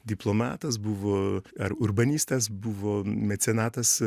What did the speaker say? diplomatas buvo ar urbanistas buvo mecenatas